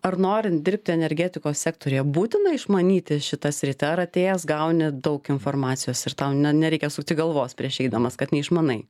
ar norint dirbti energetikos sektoriuje būtina išmanyti šitą sritį ar atėjęs gauni daug informacijos ir tau ne nereikia sukti galvos prieš eidamas kad neišmanai